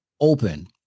open